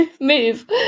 move